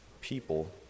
people